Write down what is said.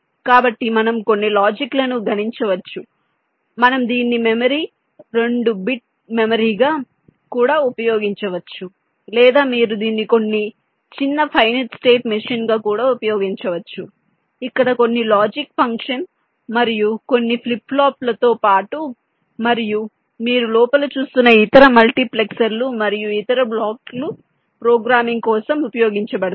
కాబట్టి మనం కొన్ని లాజిక్లను గణించవచ్చు మనం దీన్ని మెమరీ రెండు బిట్ మెమరీగా కూడా ఉపయోగించవచ్చు లేదా మీరు దీన్ని కొన్ని చిన్న ఫైనైట్ స్టేట్ మెషీన్గా కూడా ఉపయోగించవచ్చు ఇక్కడ కొన్ని లాజిక్ ఫంక్షన్ మరియు కొన్ని ఫ్లిప్ ఫ్లాప్లతో పాటు మరియు మీరు లోపల చూస్తున్న ఇతర మల్టీప్లెక్సర్లు మరియు ఇతర బ్లాక్లు ప్రోగ్రామింగ్ కోసం ఉపయోగించబడతాయి